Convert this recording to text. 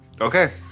Okay